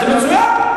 אז מצוין.